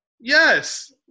Yes